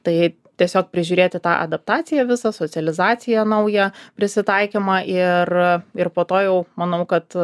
tai tiesiog prižiūrėti tą adaptaciją visą socializaciją naują prisitaikymą ir ir po to jau manau kad